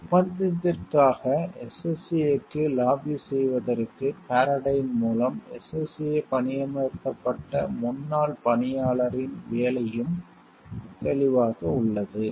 ஒப்பந்தத்திற்காக SSA க்கு lobby செய்வதற்கு பாரடைன் மூலம் SSA பணியமர்த்தப்பட்ட முன்னாள் பணியாளரின் வேலையும் தெளிவாக உள்ளது